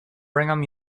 brigham